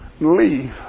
leave